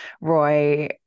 Roy